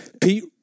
Pete